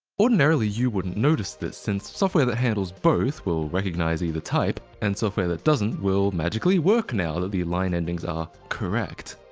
ordinarily you wouldn't notice this since software that handles both will recognize either type, and software that doesn't will magically work now that the line endings are correct.